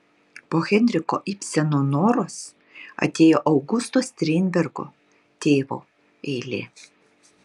po henriko ibseno noros atėjo augusto strindbergo tėvo eilė